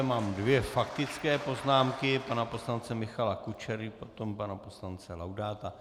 Mám dvě faktické poznámky pana poslance Michala Kučery, potom pana poslance Laudáta.